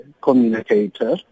communicator